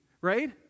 right